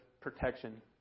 protection